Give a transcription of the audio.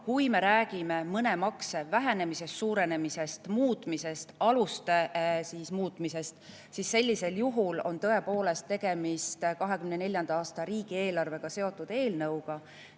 kui me räägime mõne makse vähenemisest, suurenemisest, aluste muutmisest, siis sellisel juhul on tõepoolest tegemist 2024. aasta riigieelarvega seotud eelnõuga,